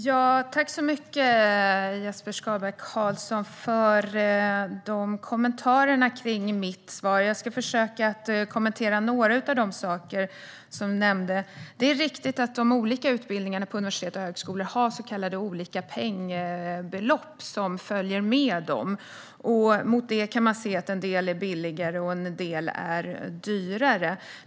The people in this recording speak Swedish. Herr talman! Tack, Jesper Skalberg Karlsson, för de kommentarerna! Jag ska försöka att kommentera några av de saker du nämnde. Det är riktigt att de olika utbildningarna på universitet och högskolor har olika pengabelopp som följer med dem. Man kan se att en del är billigare och en del är dyrare.